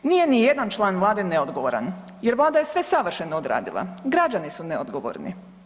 Nije nijedan član Vlade neodgovoran jer Vlada je sve savršeno odradila, građani su neodgovorni.